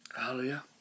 Hallelujah